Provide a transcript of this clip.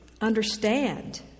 understand